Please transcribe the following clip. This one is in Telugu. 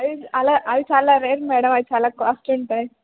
అవి అలా అవి చాలా రేట్ మేడం అవి చాలా కాస్ట్లి ఉంటాయి